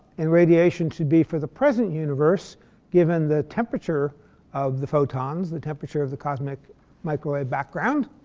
and radiation should be for the present universe given the temperature of the photons, the temperature of the cosmic microwave background.